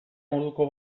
moduko